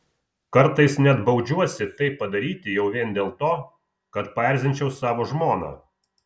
kartais net baudžiuosi tai padaryti jau vien dėl to kad paerzinčiau savo žmoną